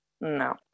no